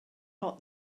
hot